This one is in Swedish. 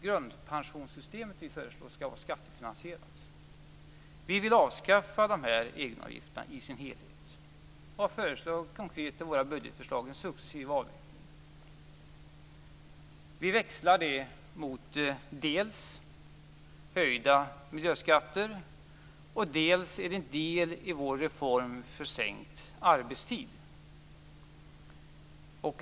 Grundpensionssystemet vi föreslår skall vara skattefinansierat. Vi vill avskaffa egenavgifterna i sin helhet. Vi har konkret i våra budgetförslag föreslagit en successiv avveckling. Dels växlar vi det mot höjda miljöskatter, dels är det en del i vår reform för sänkt arbetstid.